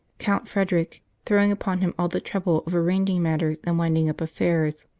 count frederick, throwing upon him all the trouble of arranging matters and winding up affairs.